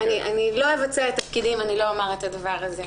לא אבצע את תפקידי אם לא אומר את הדבר הזה.